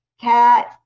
Cat